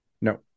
No